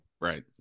Right